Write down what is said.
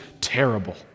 terrible